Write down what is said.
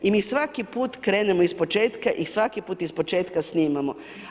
I mi svaki put krenemo iz početka i svaki put iz početka snimamo.